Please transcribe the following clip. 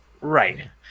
right